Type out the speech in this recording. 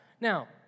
Now